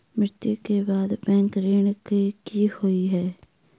मृत्यु कऽ बाद बैंक ऋण कऽ की होइ है?